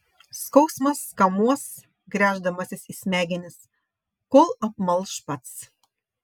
skausmas kamuos gręždamasis į smegenis kol apmalš pats